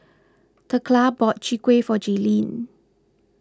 thekla bought Chwee Kueh for Jaylene